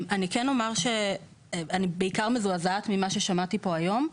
אני אומר שאני בעיקר מזועזעת ממה ששמעתי פה היום.